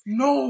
no